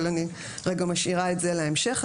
אני רגע משאירה את זה להמשך.